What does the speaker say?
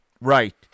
Right